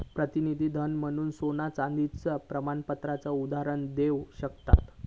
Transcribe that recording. प्रतिनिधी धन म्हणून सोन्या चांदीच्या प्रमाणपत्राचा उदाहरण देव शकताव